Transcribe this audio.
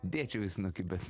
dėčiau į snukį bet